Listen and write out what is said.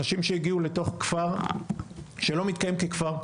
אנשים שהגיעו לתוך כפר שלא מתקיים ככפר,